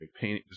Painting